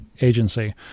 agency